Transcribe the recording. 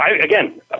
again